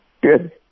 Good